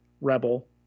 rebel